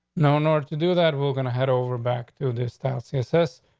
no. nor to do that we're gonna head over back through this style senses,